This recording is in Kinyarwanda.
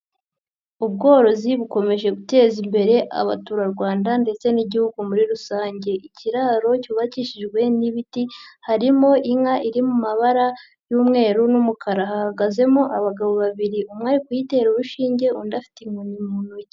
Ubworozi bukomeje guteza imbere abaturarwanda ndetse n'igihugu muri rusange. Ikiraro cyubakishijwe n'ibiti, harimo inka iri mu mabara y'umweru n'umukara. Hahagazemo abagabo babiri, umwe ari kuyitera urushinge undi afite inkoni mu ntoki.